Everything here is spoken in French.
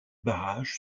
barrage